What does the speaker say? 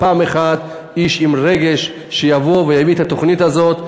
פעם אחת איש עם רגש שיבוא ויביא את התוכנית הזאת.